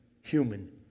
human